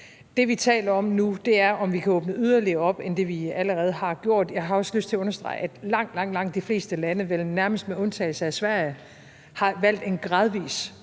Det, vi taler om nu, er, om vi kan åbne yderligere op end det, vi allerede har gjort. Jeg har også lyst til at understrege, at langt, langt de fleste lande, vel nærmest med undtagelse af Sverige, har valgt en gradvis